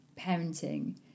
parenting